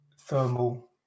thermal